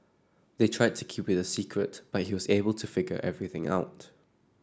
they tried to keep it a secret but he was able to figure everything out